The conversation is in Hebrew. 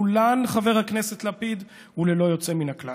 כולן, חבר הכנסת לפיד, וללא יוצא מן הכלל.